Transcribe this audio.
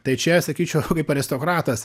tai čia sakyčiau kaip aristokratas